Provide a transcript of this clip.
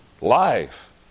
life